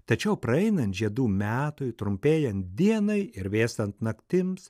tačiau praeinant žiedų metui trumpėjant dienai ir vėstant naktims